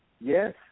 Yes